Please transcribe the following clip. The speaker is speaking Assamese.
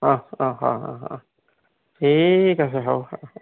অহ্ অহ্ অঁ অঁ অঁ ঠিক আছে হওক অহ্